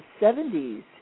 70s